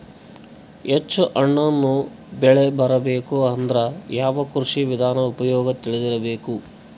ಹೆಚ್ಚು ಹಣ್ಣನ್ನ ಬೆಳಿ ಬರಬೇಕು ಅಂದ್ರ ಯಾವ ಕೃಷಿ ವಿಧಾನ ಉಪಯೋಗ ತಿಳಿದಿರಬೇಕು?